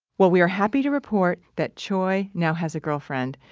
well we are happy to report that choy now has a girlfriend.